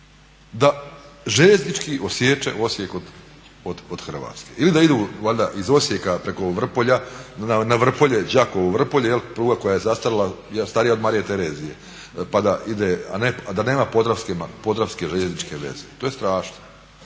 da željeznički odsječe Osijek od Hrvatske? Ili da idu valjda iz Osijeka preko Vrpolja, na Vrpolje, Đakovo-Vrpolje, pruga koja je zastarjela, starija od Marije Terezije, pa da ide a da nema podravske željezničke veze. To je strašno.